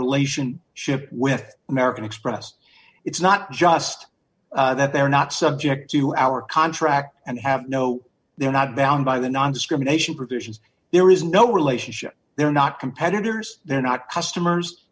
relation ship with american express it's not just that they're not subject to our contract and have no they're not bound by the nondiscrimination provisions there is no relationship they're not competitors they're not customers